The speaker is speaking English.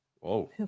Whoa